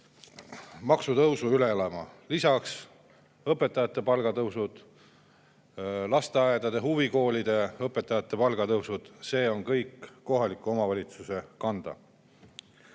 maksutõusu üle elama. Lisaks õpetajate palgatõusud, lasteaedade ja huvikoolide õpetajate palgatõusud – see kõik on kohaliku omavalitsuse kanda.